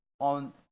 on